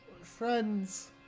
Friends